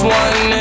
one